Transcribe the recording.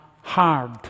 hard